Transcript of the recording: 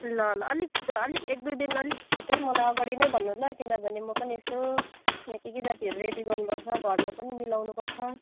ल ल अलिक अलिक एक दुईदिन अलिक छिटै मलाई अगाडि नै भन्नु ल किनभने म पनि यसो यहाँ के के जातिहरू रेडी गर्नुपर्छ घरमा पनि मिलाउनुपर्छ